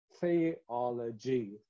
Theology